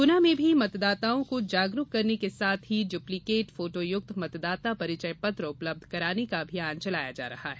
गुना में भी मतदाताओं को जागरूक करने के साथ ही डुप्लीकेट फोटोयुक्त मतदाता परिचय पत्र उपलब्ध कराने का अभियान चलाया जा रहा है